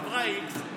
החברה x,